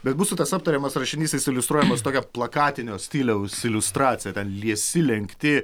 bet mūsų tas aptariamas rašinys jis iliustruojamas tokia plakatinio stiliaus iliustracija ten liesi lenkti